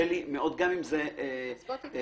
גם אם זה נכון